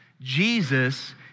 Jesus